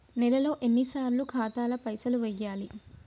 నెలలో ఎన్నిసార్లు ఖాతాల పైసలు వెయ్యాలి?